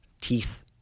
teeth